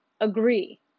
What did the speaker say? agree